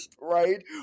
right